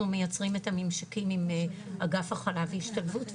מייצרים את הממשקים עם אגף הכלה והשתלבות,